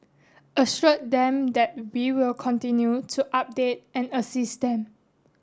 assured them that we will continue to update and assist them